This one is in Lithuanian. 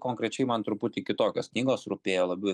konkrečiai man truputį kitokios knygos rūpėjo labiau į